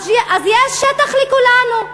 אז יש שטח לכולנו.